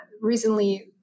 recently